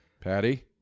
Patty